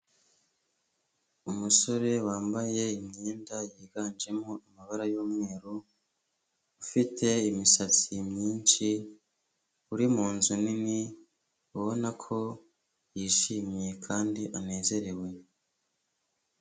Umusore wambaye imyenda yiganjemo amabara y'umweru, ufite imisatsi myinshi, uri munzu nini ubona ko yishimye kandi anezerewe.